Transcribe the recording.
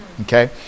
Okay